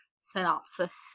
synopsis